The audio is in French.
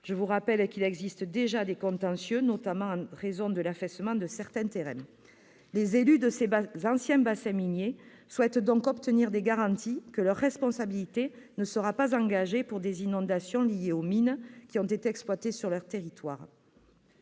Je vous rappelle qu'il existe déjà des contentieux, notamment en raison de l'affaissement de certains terrains. Les élus de ces anciens bassins miniers souhaitent donc obtenir la garantie que leur responsabilité ne sera pas engagée pour des inondations liées aux mines qui ont été exploitées sur leur territoire.